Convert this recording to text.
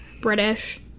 British